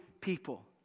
people